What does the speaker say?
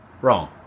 Wrong